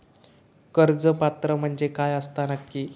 कर्ज पात्र म्हणजे काय असता नक्की?